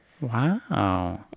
wow